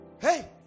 Hey